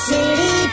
City